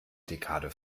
dekade